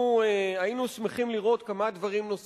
היינו שמחים לראות בחוק כמה דברים נוספים,